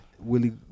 Willie